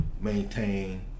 maintain